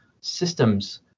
systems